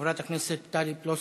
חברת הכנסת טלי פלוסקוב,